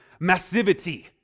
massivity